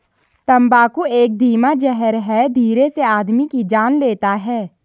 तम्बाकू एक धीमा जहर है धीरे से आदमी की जान लेता है